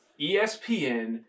ESPN